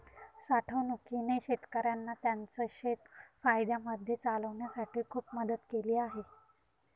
साठवणूकीने शेतकऱ्यांना त्यांचं शेत फायद्यामध्ये चालवण्यासाठी खूप मदत केली आहे